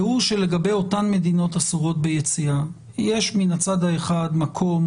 והוא שלגבי אותן מדינות אסורות ביציאה יש מן הצד האחד מקום